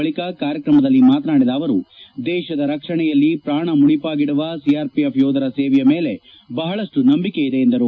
ಬಳಿಕ ಕಾರ್ಯಕ್ರಮದಲ್ಲಿ ಮಾತನಾಡಿದ ಅವರು ದೇಶದ ರಕ್ಷಣೆಯಲ್ಲಿ ಪ್ರಾಣ ಮುಡುಪಾಗಿಡುವ ಸಿಆರ್ಪಿಎಫ್ ಯೋಧರ ಸೇವೆಯ ಮೇಲೆ ಬಹಳಷ್ಟು ನಂಬಿಕೆ ಇದೆ ಎಂದರು